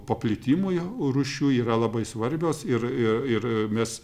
paplitimui rūšių yra labai svarbios ir ir ir mes